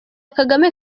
kagame